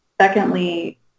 Secondly